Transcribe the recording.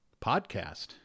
podcast